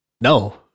no